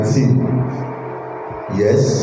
Yes